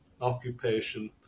occupation